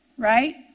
right